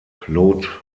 claude